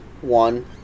one